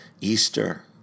Easter